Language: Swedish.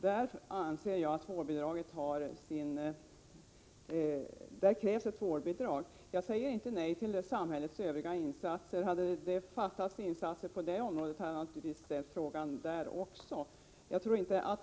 Jag anser att det krävs att ett vårdbidrag utgår under detta andra år. 75 Jag säger inte nej till samhällets övriga insatser. Om jag hade ansett att det behövdes sådana ytterligare insatser hade frågan naturligtvis handlat om även detta.